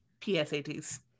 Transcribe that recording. psat's